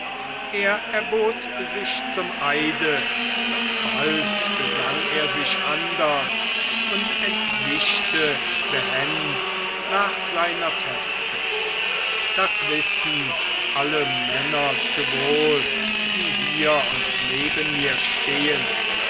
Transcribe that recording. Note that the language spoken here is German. er erbot sich zum eide doch bald besann er sich anders und entwischte behend nach seiner feste das wissen alle männer zu wohl die hier und neben mir stehen